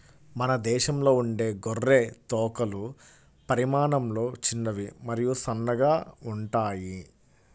మన దేశంలో ఉండే గొర్రె తోకలు పరిమాణంలో చిన్నవి మరియు సన్నగా ఉంటాయి